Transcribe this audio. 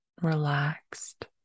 relaxed